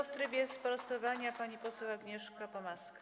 W trybie sprostowania pani poseł Agnieszka Pomaska.